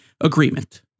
agreement